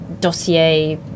dossier